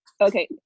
Okay